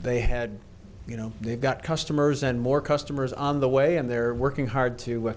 they had you know they've got customers and more customers on the way and they're working hard to